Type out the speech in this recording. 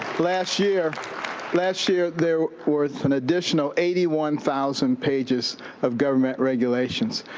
last year last year there was an additional eighty one thousand pages of government regulations.